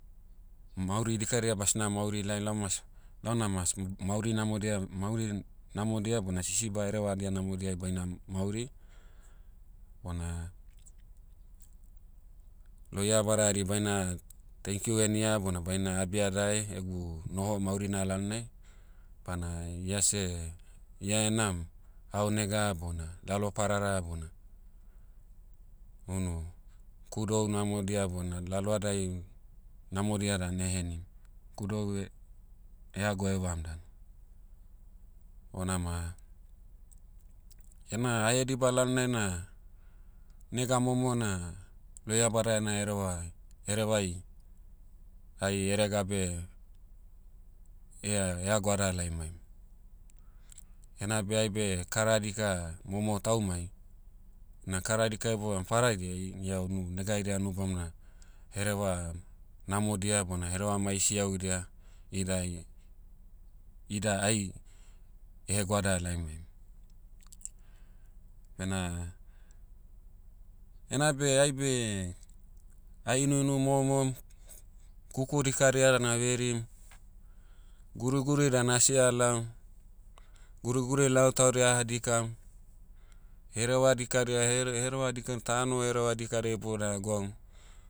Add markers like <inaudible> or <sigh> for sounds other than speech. Mauri dikadia basna mauri lai lau mas, launa mas, m- mauri namodia- mauri namodia bona sisiba herevadia namaodiai baina mauri. Bona, lohia bada hari baina, thankyou henia bona baina abia dae egu noho maurina lalonai, bana iase, ia enam, ao nega bona lalo parara bona, unu, kudou namodia bona lalohadai, namodia dan <hesitation> henim. Kudou eh- eha goevam dan. Bona ma, iena hahediba lalnai na, nega momo na, lohiabada ena hereva- herevai, ai eregabe, ea- ea goada laimaim. Enabe aibe kara dika momo taumai, na kara dika iboam padadiai ia unu nega haidia unu bamona, hereva, namodia bona hereva mai siahudia, idai- ida ai, ehe goada laimaim. Bena, enabe aibe, ah inuinu momom, kuku dikadia dan averim, guriguri dan asi alaom, guriguri lao taudia aha dikam, hereva dikadia- ahere- hereva dikan- tano hereva dikadia iboudia ah gwaum,